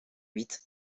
huit